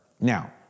Now